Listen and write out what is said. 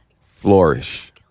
flourish